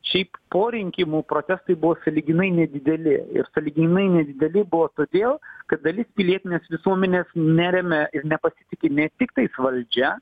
šiaip po rinkimų protestai buvo sąlyginai nedideli ir sąlyginai nedideli buvo todėl kad dalis pilietinės visuomenės neremia ir nepasitiki ne tiktais valdžia